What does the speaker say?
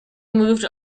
moved